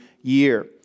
year